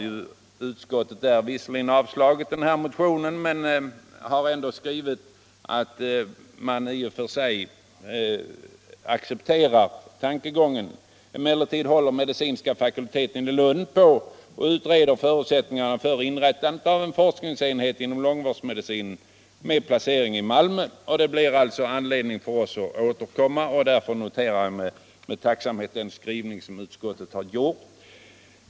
Visserligen har utskottet avstyrkt den motionen, men man har ändå skrivit att man i och för sig accepterar tankegången, och medicinska fakulteten i Lund håller på att utreda förutsättningarna för att inrätta en forskningsenhet inom långvårdsmedicinen med placering i Malmö. Det blir sålunda anledning för oss att återkomma. Jag noterar nu bara med tacksamhet den skrivning som utskottet har gjort.